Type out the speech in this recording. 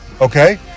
Okay